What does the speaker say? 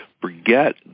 Forget